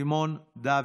סימון דוידסון,